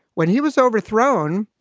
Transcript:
when he was overthrown,